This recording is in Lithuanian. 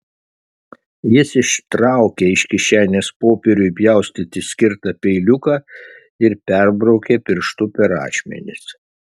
jis ištraukė iš kišenės popieriui pjaustyti skirtą peiliuką ir perbraukė pirštu per ašmenis